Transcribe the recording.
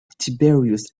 tiberius